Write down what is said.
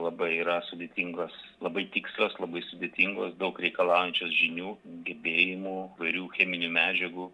labai yra sudėtingos labai tikslios labai sudėtingos daug reikalaujančios žinių gebėjimų įvairių cheminių medžiagų